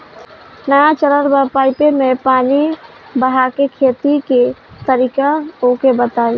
नया चलल बा पाईपे मै पानी बहाके खेती के तरीका ओके बताई?